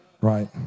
right